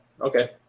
Okay